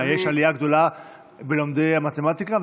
יש עלייה גדולה במספר לומדי המתמטיקה,